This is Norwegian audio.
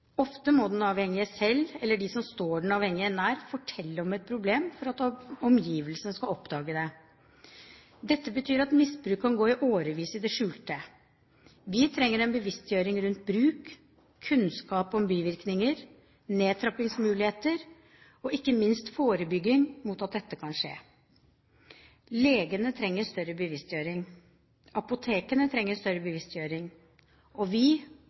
Ofte må den avhengige selv, eller de som står den avhengige nær, fortelle om et problem for at omgivelsene skal oppdage det. Dette betyr at misbruk kan pågå i årevis i det skjulte. Vi trenger en bevisstgjøring rundt bruk, kunnskap om bivirkninger, nedtrappingsmuligheter og ikke minst forebygging mot at dette kan skje. Legene trenger større bevisstgjøring. Apotekene trenger større bevisstgjøring. Og vi,